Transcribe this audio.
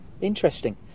Interesting